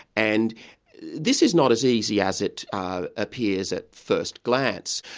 and this is not as easy as it appears at first glance.